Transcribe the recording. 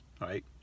right